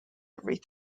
every